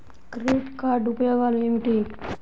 Credit card ఉపయోగాలు ఏమిటి?